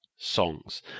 songs